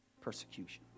persecution